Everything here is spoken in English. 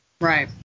Right